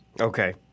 Okay